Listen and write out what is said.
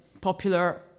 popular